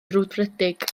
frwdfrydig